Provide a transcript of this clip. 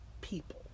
people